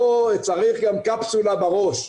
פה צריך גם קפסולה בראש,